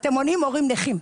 אתם מונעים הורים נכים.